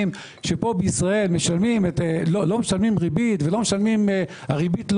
שבישראל לא משלמים ריבית והיא לא עולה,